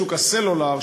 שוק הסלולר,